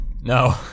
No